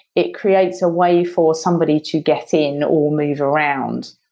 it creates a way for somebody to get in or move around,